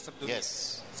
yes